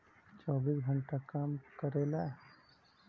चौबीस घंटा काम करेला